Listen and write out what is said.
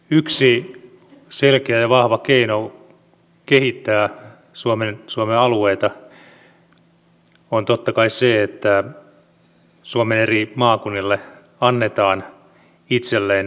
yksi selkeä ja vahva keino kehittää suomen alueita on totta kai se että suomen eri maakunnille annetaan itselleen kehittämisvaltaa